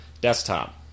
desktop